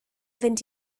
fynd